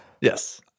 Yes